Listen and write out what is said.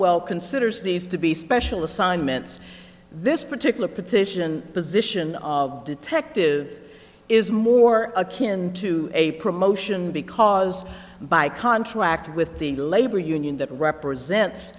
caldwell considers these to be special assignments this particular petition position of detective is more akin to a promotion because by contract with the labor union that represents